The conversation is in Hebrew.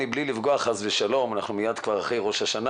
חס ושלום אנחנו כבר מיד אחרי ראש השנה